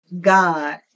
God